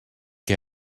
que